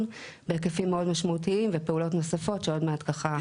בהיקפים מאוד משמעותיים ופעולות נוספות שעוד מעט נרחיב עליהן.